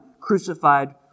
crucified